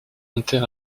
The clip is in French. inter